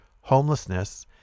homelessness